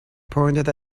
pointed